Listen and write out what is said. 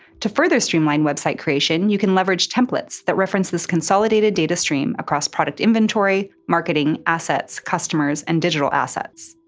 to further streamline website creation, you can leverage templates that reference this consolidated data stream across product inventory, marketing, assets, customers, and digital assets.